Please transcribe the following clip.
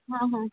हां हां